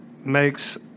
makes